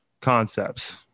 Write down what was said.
concepts